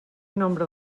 nombre